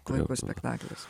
kodėl spektaklis